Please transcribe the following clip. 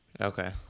Okay